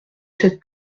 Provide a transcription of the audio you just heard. cette